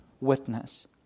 witness